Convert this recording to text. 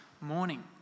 morning